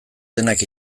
denak